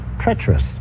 treacherous